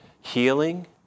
healing